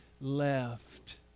left